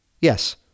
yes